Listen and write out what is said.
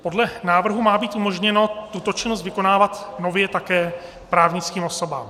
Podle návrhu má být umožněno tuto činnost vykonávat nově také právnickým osobám.